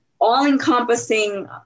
all-encompassing